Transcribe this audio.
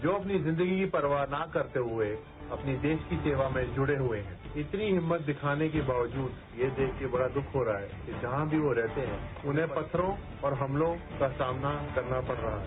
जो अपनी जिंदगी की परवाह ना करते हुए अपने देश की सेवा में जुड़े हुए हैं इतनी हिम्मत दिखाने के बावजूद ये देख के बड़ा दुख हो रहा है कि जहां भी वो रहते हैं उन्हें पत्थरों और हमलों का सामना करना पढ़ रहा है